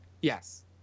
Yes